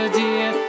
dear